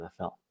NFL